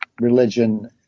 religion